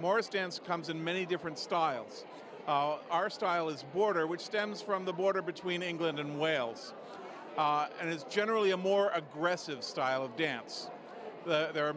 morris dance comes in many different styles our style is border which stems from the border between england and wales and is generally a more aggressive style of dance that there are